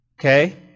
Okay